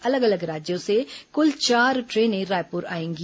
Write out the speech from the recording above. अलग अलग राज्यों से कुल चार ट्रेनें रायपुर आएंगी